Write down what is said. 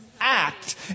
act